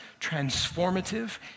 transformative